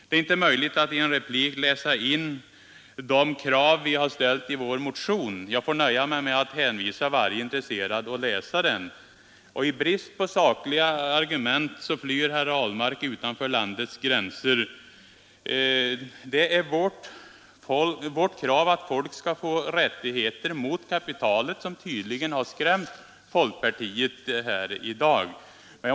Det är inte möjligt att i en replik läsa upp de krav vi har ställt i vår motion, utan jag nöjer mig med att hänvisa varje intresserad att läsa motionen. I brist på sakliga argument flyr herr Ahlmark utanför landets gränser. Det är tydligen vårt krav att folk skall få rättigheter mot kapitalet som har skrämt folkpartiet här i dag.